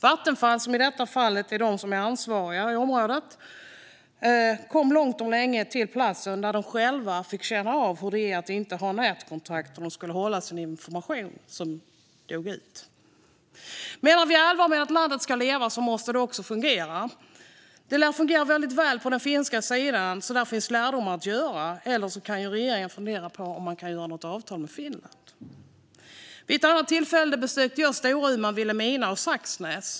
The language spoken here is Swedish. Vattenfall, som är i detta fall är de som är ansvariga i området, kom långt om länge till platsen, där de själva fick känna av hur det är att inte ha nätkontakt när de skulle hålla sin information. Menar vi allvar med att hela landet ska leva måste det också fungera. Det lär fungera väldigt väl på den finska sidan, så där finns lärdomar att dra eller så kan regeringen fundera på om man kan skriva något avtal med Finland. Vid ett annat tillfälle besökte jag Storuman, Vilhelmina och Saxnäs.